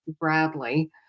bradley